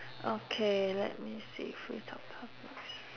okay let me see free talk